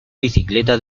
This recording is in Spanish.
bicicleta